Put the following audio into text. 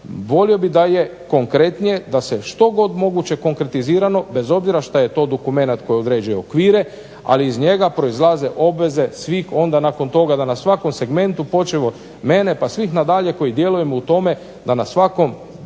Volio bih da je konkretnije da se što god moguće konkretizirano bez obzira što je to dokumenat koji određuje okvire, ali iz njega proizlaze obveze svih onda nakon toga da na svakom segmentu počev od mene pa svih nadalje koji svi djelujemo u tome da na svakom